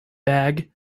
bag